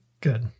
Good